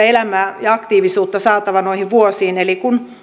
elämää ja aktiivisuutta saatava noihin vuosiin eli kun